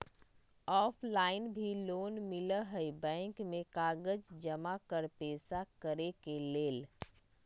Offline भी loan मिलहई bank में कागज जमाकर पेशा करेके लेल?